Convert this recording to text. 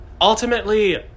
Ultimately